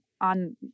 on